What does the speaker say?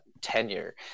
tenure